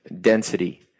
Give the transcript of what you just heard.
density